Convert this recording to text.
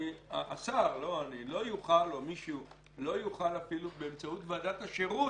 השר לא אני או מישהו לא יוכל אפילו באמצעות ועדת השירות,